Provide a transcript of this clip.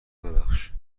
ببخش